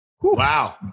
Wow